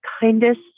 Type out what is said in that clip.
kindest